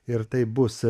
ir taip bus